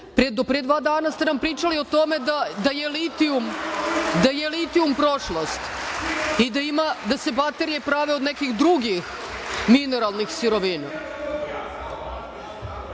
pre dva dana ste nam pričali o tome da je litijum prošlost i da ima da se baterije prave od nekih drugih mineralnih sirovina.